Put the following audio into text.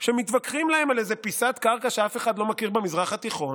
שמתווכחים להם על איזו פיסת קרקע שאף אחד לא מכיר במזרח התיכון,